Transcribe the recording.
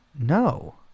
No